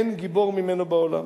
אין גיבור ממנו בעולם.